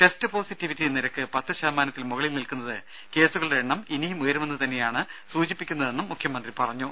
test positivity നിരക്ക് പത്ത് ശതമാനത്തിന് മുകളിൽ നിൽക്കുന്നത് കേസുകളുടെ എണ്ണം ഇനിയും ഉയരുമെന്ന് തന്നെയാണ് സൂചിപ്പിക്കുന്നതെന്നും മുഖ്യമന്ത്രി പറഞ്ഞു